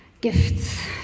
Gifts